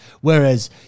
Whereas